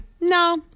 no